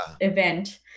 event